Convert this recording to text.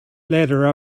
ladder